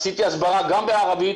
עשיתי הסברה גם בערבית,